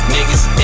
Niggas